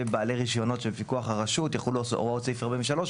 בעלי רישיונות של פיקוח הרשות יחולו הוראות סעיף 43,